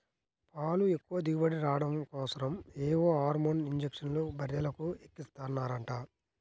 పాలు ఎక్కువ దిగుబడి రాడం కోసరం ఏవో హార్మోన్ ఇంజక్షన్లు బర్రెలకు ఎక్కిస్తన్నారంట